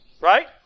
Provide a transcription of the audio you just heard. right